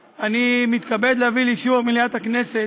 השם, לסעיף הבא שעל סדר-היום: